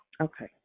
Okay